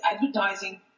advertising